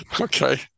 Okay